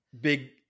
big